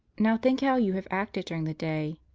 now think how you have acted during the day.